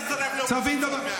אתה תצטרף לאופוזיציה עוד מעט.